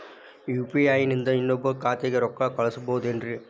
UPI ನಿಂದ ಇನ್ನೊಬ್ರ ಖಾತೆಗೆ ರೊಕ್ಕ ಕಳ್ಸಬಹುದೇನ್ರಿ?